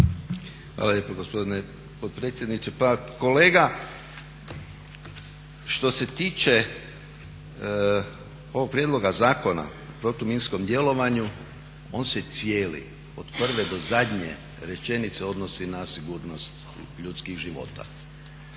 Hvala lijepo gospodine potpredsjedniče. Pa kolega što se tiče ovog Prijedloga zakona o protuminskom djelovanju on se cijeli od prve do zadnje rečenice odnosi na sigurnost ljudskih života.